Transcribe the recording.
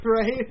right